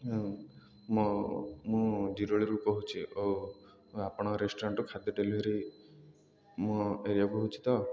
ହଁ ମୁଁ ମୁଁ ଜିରୋଳିରୁ କହୁଛି ଓ ଆପଣଙ୍କ ରେଷ୍ଟୁରାଣ୍ଟ୍ରୁ ଖାଦ୍ୟ ଡେଲିଭରି ମୋ ଏରିଆକୁ ହଉଛି ତ